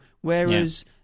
whereas